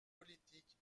politique